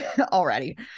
already